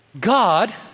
God